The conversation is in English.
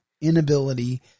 inability